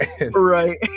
right